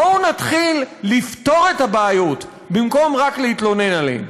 בואו נתחיל לפתור את הבעיות במקום רק להתלונן עליהן.